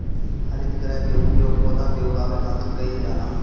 हरितगृह के उपयोग पौधा के उगावे खातिर कईल जाला